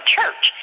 church